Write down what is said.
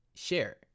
share